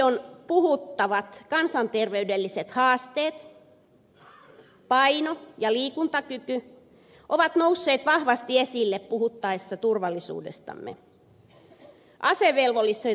paljon puhuttavat kansanterveydelliset haasteet paino ja liikuntakyky ovat nousseet vahvasti esille puhuttaessa turvallisuudestamme